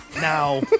Now